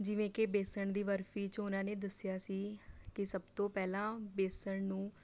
ਜਿਵੇਂ ਕਿ ਬੇਸਣ ਦੀ ਬਰਫ਼ੀ 'ਚ ਉਹਨਾਂ ਨੇ ਦੱਸਿਆ ਸੀ ਕਿ ਸਭ ਤੋਂ ਪਹਿਲਾਂ ਬੇਸਣ ਨੂੰ